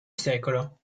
secolo